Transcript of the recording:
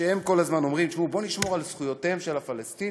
שכל הזמן אומרים: בואו נשמור על זכויותיהם של הפלסטינים,